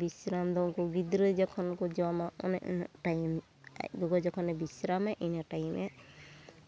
ᱵᱤᱥᱨᱟᱢ ᱫᱚ ᱩᱱᱠᱩ ᱜᱤᱫᱽᱨᱟᱹ ᱡᱚᱠᱷᱚᱱ ᱠᱚ ᱡᱚᱢᱟ ᱚᱱᱮ ᱚᱱᱟ ᱴᱟᱭᱤᱢ ᱟᱡ ᱜᱚᱜᱚ ᱡᱚᱠᱷᱚᱱᱮ ᱵᱤᱥᱨᱟᱢᱟ ᱚᱱᱟ ᱴᱟᱭᱤᱢᱮ